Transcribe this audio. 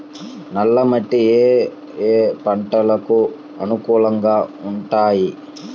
నల్ల మట్టి ఏ ఏ పంటలకు అనుకూలంగా ఉంటాయి?